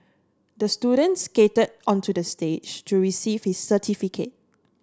the student skated onto the stage to receive his certificate